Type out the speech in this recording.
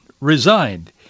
resigned